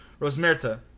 Rosmerta